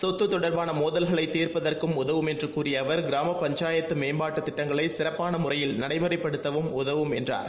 சொத்து தொடர்பான மோதல்களைத் தீர்ப்பதற்கும் உதவும் என்று கூறிய அவர் கிராம பஞ்சாயத்து மேம்பாட்டுத் இட்டங்களை சிறப்பான முறையில் நடைமுறைப்படுத்தவும் உதவும் என்றார்